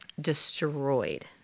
destroyed